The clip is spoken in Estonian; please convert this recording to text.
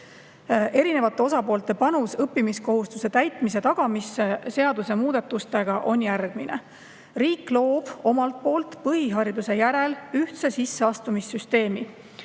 Erinevate osapoolte panus õppimiskohustuse täitmise tagamisse on seadusemuudatuste kohaselt järgmine. Riik loob omalt poolt põhihariduse järel ühtse sisseastumissüsteemi.